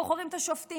בוחרים את השופטים.